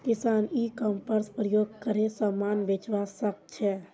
किसान e commerce प्रयोग करे समान बेचवा सकछे